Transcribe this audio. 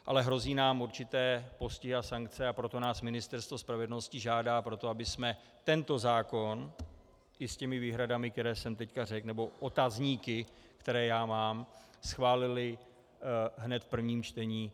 Ale hrozí nám určité postihy a sankce, a proto nás Ministerstvo spravedlnosti žádá o to, abychom tento zákon, i s výhradami, které jsem teď řekl, nebo otazníky, které já mám, schválili hned v prvním čtení.